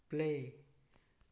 play